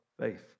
faith